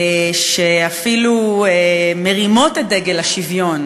שאפילו מרימות את דגל השוויון